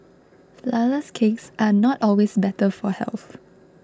Flourless Cakes are not always better for health